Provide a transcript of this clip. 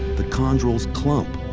the chondrules clump.